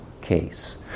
case